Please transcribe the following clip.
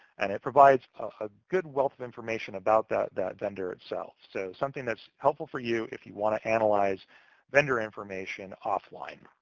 and it provides a good wealth of information about that that vendor itself. so something that's helpful for you if you want to analyze vendor information off-line.